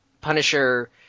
Punisher